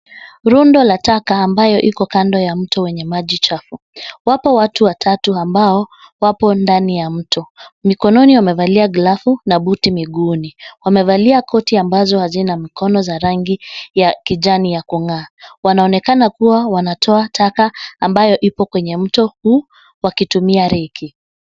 Rundo la taka ambayo iko kando ya mto wenye maji chafu. Wapo watu watatu ambao wapo ndani ya mto. Mikononi wamevalia glavu na buti miguuni. Wamevalia koti ambazo hazina mkono za rangi ya kijani ya kung'aa. Wanaonekana kuwa wanatoa taka ambayo ipo kwenye mto huu wakitumia reki.